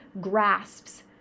grasps